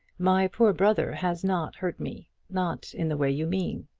my poor brother has not hurt me not in the way you mean.